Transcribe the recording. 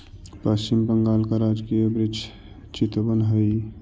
पश्चिम बंगाल का राजकीय वृक्ष चितवन हई